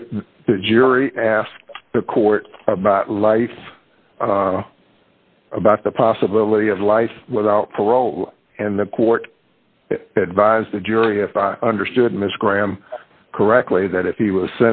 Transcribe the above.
the jury asked the court about life about the possibility of life without parole and the court buys the jury if i understood mr graham correctly that if he was